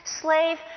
slave